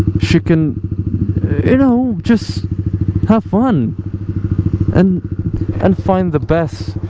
she can you know just have fun and and find the best